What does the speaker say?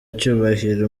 cyubahiro